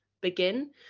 begin